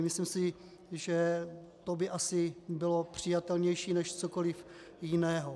Myslím si, že to by asi bylo přijatelnější než cokoliv jiného.